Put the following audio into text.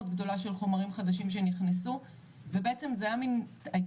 מאוד גדולה של חומרים חדשים שנכנסו ובעצם הייתה